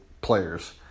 players